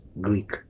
Greek